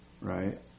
Right